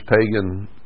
pagan